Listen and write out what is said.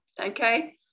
Okay